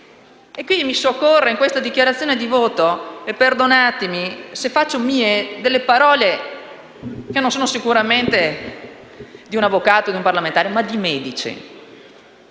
Per aiutarmi in questa dichiarazione di voto, perdonatemi se faccio ora mie parole che non sono sicuramente di un avvocato o di un parlamentare, ma di medici.